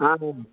ஆ சொல்லுங்க